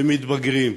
והם מתבגרים.